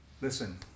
listen